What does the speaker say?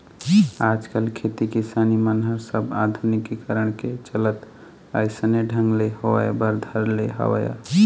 आजकल खेती किसानी मन ह सब आधुनिकीकरन के चलत अइसने ढंग ले होय बर धर ले हवय